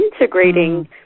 integrating